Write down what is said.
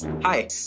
Hi